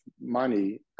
money